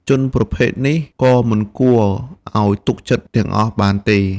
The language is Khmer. ជនប្រភេទនេះ ក៏មិនគួរឲ្យទុកចិត្តទាំងអស់បានទេ ។